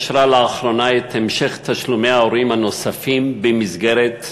אישרה לאחרונה את המשך תשלומי ההורים הנוספים במסגרת הלימודים.